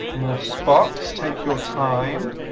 more spots, take your time